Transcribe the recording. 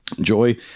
Joy